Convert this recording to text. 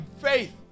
faith